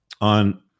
on